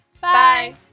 Bye